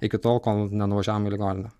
iki tol kol nenuvažiavom į ligoninę